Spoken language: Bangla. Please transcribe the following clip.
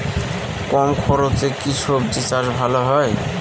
কম খরচে কি সবজি চাষ ভালো হয়?